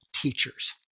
teachers